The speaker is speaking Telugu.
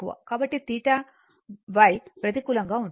కాబట్టి θ Y ప్రతికూలంగా ఉంటుంది